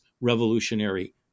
revolutionary